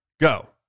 go